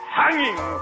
hanging